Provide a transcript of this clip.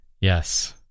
yes